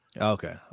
Okay